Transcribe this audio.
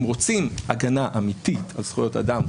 אם רוצים הגנה אמיתית על זכויות אדם,